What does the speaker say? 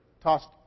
tossed